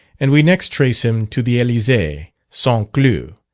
and we next trace him to the elysee, st. cloud,